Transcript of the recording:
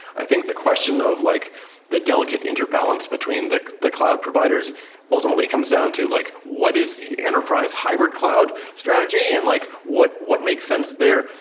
i think the question of like the delicate inter balance between the the cloud providers ultimately comes down to like what is the enterprise hybrid cloud strategy and like what what makes sense there?